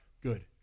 good